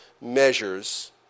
measures